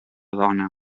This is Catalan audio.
dona